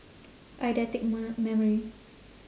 eidetic m~ memory